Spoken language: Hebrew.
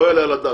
לא יעלה על הדעת,